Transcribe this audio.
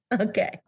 Okay